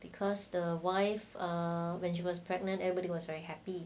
because the wife err when she was pregnant everybody was very happy